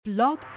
Blog